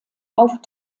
auf